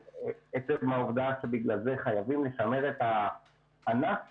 ועצם העובדה שבגלל זה חייבים לשמר את הענף שלנו,